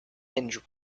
and